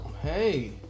Hey